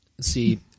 see –